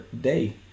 day